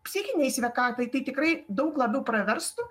psichinei sveikatai tai tikrai daug labiau praverstų